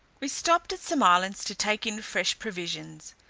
we stopped at some islands to take in fresh provisions.